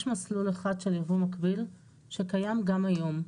יש מסלול אחד של יבוא מקביל שקיים גם היום.